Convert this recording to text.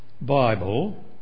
Bible